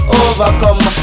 overcome